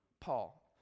paul